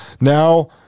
now